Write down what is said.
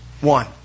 One